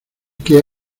qué